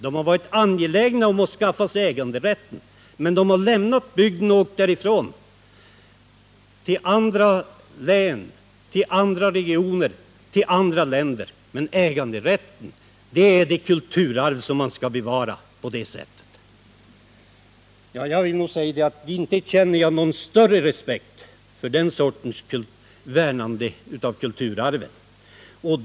De har varit angelägna om att skaffa sig äganderätten men har därefter farit därifrån till andra regioner eller till andra länder. Äganderätten är alltså det kulturarv man skall bevara. Inte känner jag någon större respekt för den sortens värnande av kulturarvet.